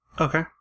Okay